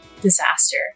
disaster